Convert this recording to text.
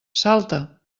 salta